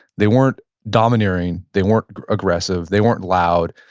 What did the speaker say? they weren't domineering, they weren't aggressive, they weren't loud.